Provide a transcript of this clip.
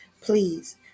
Please